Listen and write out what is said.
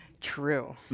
True